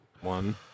one